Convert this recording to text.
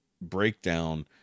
breakdown